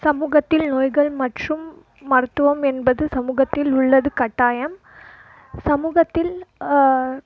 சமூகத்தில் நோய்கள் மற்றும் மருத்துவம் என்பது சமூகத்தில் உள்ளது கட்டாயம் சமூகத்தில்